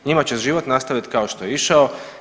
Njima će život nastaviti kao što je išao.